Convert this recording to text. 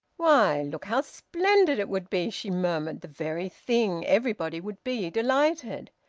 why look how splendid it would be! she murmured. the very thing! everybody would be delighted!